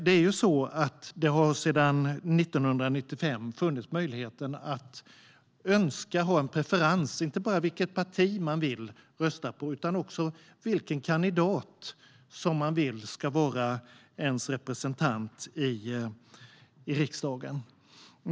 Det har sedan 1995 funnits möjligheten att ha en preferens inte bara om vilket parti man vill rösta på utan också om vilken kandidat som man vill ska vara ens representant i riksdagen.